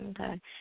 Okay